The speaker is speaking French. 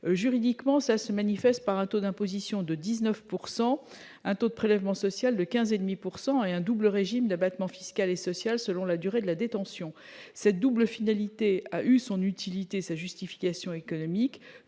juridiquement ça se manifeste par un taux d'imposition de 19 pourcent un taux de prélèvement social de 15 et demi pour 100 et un double régime d'abattement fiscal et social, selon la durée de la détention, cette double finalité a eu son utilité, sa justification économique